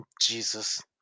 Jesus